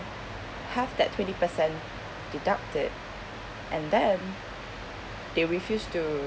have that twenty percent deducted and then they refused to